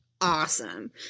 awesome